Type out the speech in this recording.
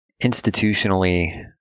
Institutionally